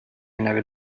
never